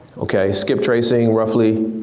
okay, skiptracing roughly?